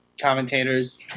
commentators